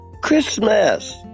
Christmas